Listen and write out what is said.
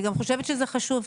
אני גם חושבת שזה חשוב,